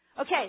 Okay